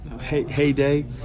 heyday